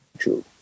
true